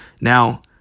Now